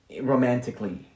romantically